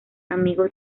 amigos